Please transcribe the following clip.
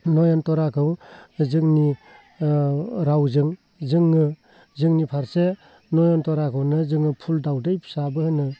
नयनतराखौ जोंनि रावजों जोङो जोंनि फारसे नयनतराखोनो जोङो फुल दावदै फिसाबो होनो